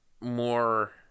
more